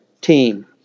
team